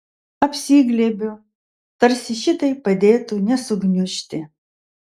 apsiglėbiu tarsi šitai padėtų nesugniužti